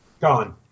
Gone